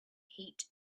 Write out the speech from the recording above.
heat